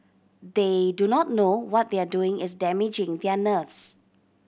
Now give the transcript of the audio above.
they do not know what they are doing is damaging their nerves